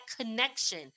connection